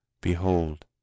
Behold